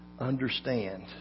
understand